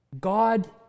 God